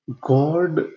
God